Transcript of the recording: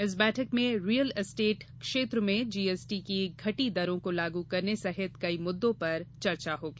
इस बैठक में रिएल स्टेट क्षेत्र में जीएसटी की घटी दरों को लागू करने सहित कई मुद्दों पर वार्ता होगी